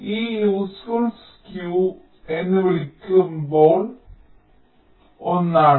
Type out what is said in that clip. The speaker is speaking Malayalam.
ഇത് യൂസ്ഫുൾ സ്ക്യൂ എന്ന് വിളിക്കപ്പെടുന്ന ഒന്നാണ്